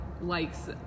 likes